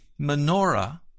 menorah